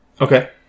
Okay